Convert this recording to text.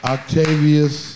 Octavius